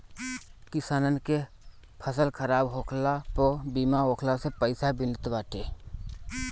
किसानन के फसल खराब होखला पअ बीमा होखला से पईसा मिलत बाटे